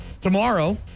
Tomorrow